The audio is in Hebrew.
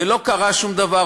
ולא קרה שום דבר,